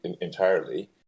entirely